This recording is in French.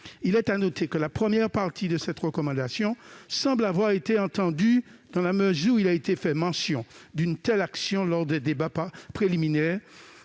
Il est à noter que la première partie de cette recommandation semble avoir été entendue, dans la mesure où il a été fait mention d'une telle action lors des débats préliminaires